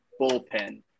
bullpen